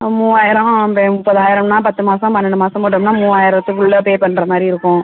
ஆ மூவாயிரம் நம்ப முப்பதாயிரம்ன்னா பத்து மாதம் பன்னண்டு மாதம் போட்டம்ன்னா மூவாயிரத்துக்குள்ளே பே பண்ணுற மாதிரி இருக்கும்